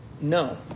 No